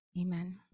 amen